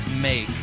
make